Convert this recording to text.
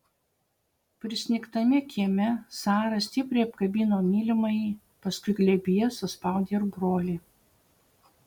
prisnigtame kieme sara stipriai apkabino mylimąjį paskui glėbyje suspaudė ir brolį